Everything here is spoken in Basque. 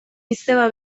izeba